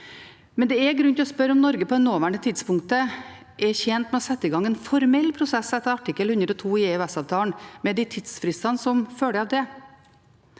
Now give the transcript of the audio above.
Det er grunn til å spørre om Norge på det nåværende tidspunktet er tjent med å sette i gang en formell prosess etter artikkel 102 i EØS-avtalen, med de tidsfristene som følger av det.